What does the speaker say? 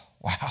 Wow